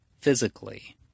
physically